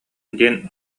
диэн